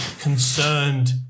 concerned